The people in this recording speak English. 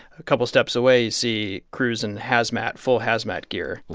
a couple steps away see crews in hazmat full hazmat gear. wow.